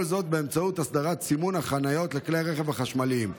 כל זאת ייעשה באמצעות הסדרת סימון החניות לכלי הרכב החשמליים,